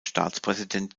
staatspräsident